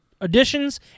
additions